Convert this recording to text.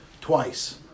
twice